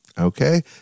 okay